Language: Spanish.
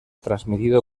transmitido